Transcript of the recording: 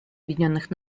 объединенных